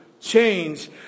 change